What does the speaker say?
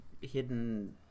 hidden